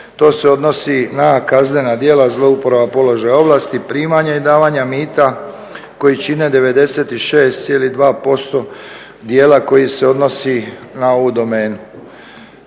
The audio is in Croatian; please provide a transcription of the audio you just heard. To se odnosi na kaznena djela zlouporaba položaja ovlasti primanja i davanja mita koja čine 96,2% dijela koji se odnosi na ovu domenu.